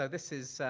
ah this is,